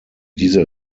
diese